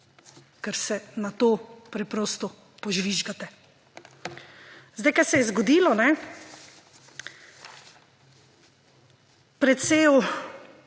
ker se na to preprosto požvižgate. Kar se je zgodilo, pred